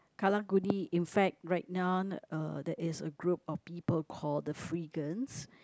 Karang Guni in fact right now uh there is a group of people called the freegans